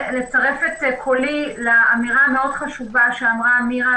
לצרף את קולי לאמירה המאוד חשובה שאמרה מירה